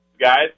guys